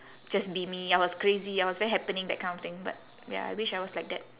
just be me I was crazy I was very happening that kind of thing but ya I wish I was like that